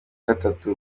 gatatu